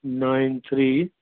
nine three